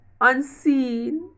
unseen